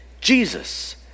Jesus